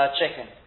chicken